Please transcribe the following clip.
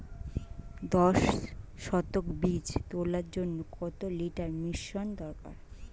দশ শতক বীজ তলার জন্য কত লিটার মিশ্রন দরকার?